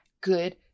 good